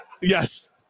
Yes